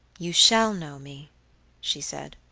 you shall know me she said,